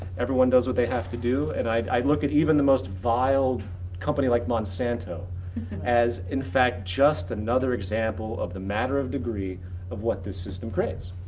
everyone does what they have to do and i look at even the most vile company like monsanto as, in fact, just another example of the matter of degree of what this system creates.